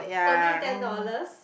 only ten dollars